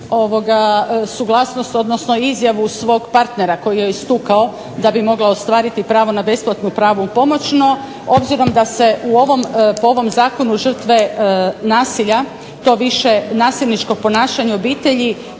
suglasnost, odnosno izjavu svog partnera koji ju je istukao da bi mogla ostvariti pravo na besplatnu pravnu pomoć. No, obzirom da se po ovom Zakonu žrtve nasilja to više nasilničko ponašanje u obitelji